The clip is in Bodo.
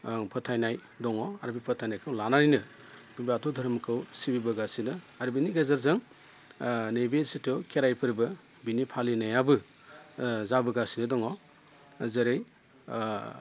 आं फोथायनाय दङ आरो बे फोथायनायखौ लानानैनो बाथौ धोरोमखौ सिबिबोगासिनो आरो बेनि गेजेरजों नैबे जिथु खेराइ फोरबो बिनि फालिनायाबो जाबोगासिनो दङ जेरै